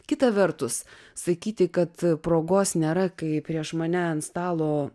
kita vertus sakyti kad progos nėra kai prieš mane ant stalo